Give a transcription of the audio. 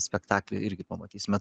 spektaklį irgi pamatysime